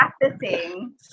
practicing